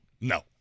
No